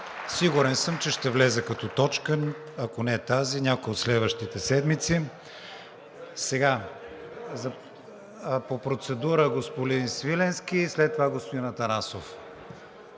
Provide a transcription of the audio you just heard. Сигурен съм, че ще влезе като точка, ако не тази, някоя от следващите седмици. По процедура господин Свиленски и след това господин Атанасов.